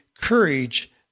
courage